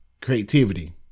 creativity